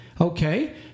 okay